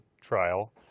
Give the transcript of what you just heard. trial